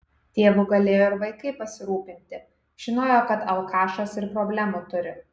tėvu galėjo ir vaikai pasirūpinti žinojo kad alkašas ir problemų turi